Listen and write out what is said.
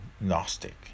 Gnostic